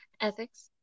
ethics